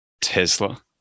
Tesla